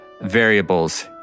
variables